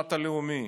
במשל"ט הלאומי